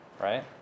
right